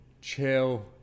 chill